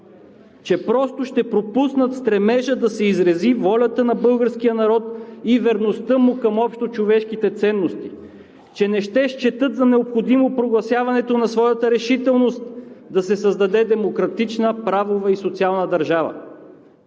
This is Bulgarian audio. че просто ще пропуснат стремежа да се изрази волята на българския народ и верността му към общочовешките ценности, че не ще счетат за необходимо прогласяването на своята решителност да се създаде демократична, правова и социална държава.